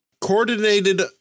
Coordinated